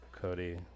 Cody